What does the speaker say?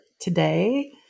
today